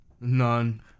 none